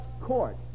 court